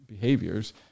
behaviors